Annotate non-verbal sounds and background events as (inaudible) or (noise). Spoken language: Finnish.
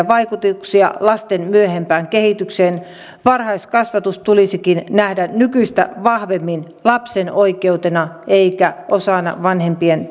(unintelligible) vaikutuksia lasten myöhempään kehitykseen varhaiskasvatus tulisikin nähdä nykyistä vahvemmin lapsen oikeutena eikä osana vanhempien (unintelligible)